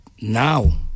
now